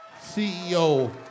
CEO